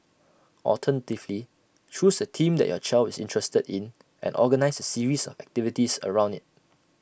alternatively choose A theme that your child is interested in and organise A series of activities around IT